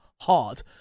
hard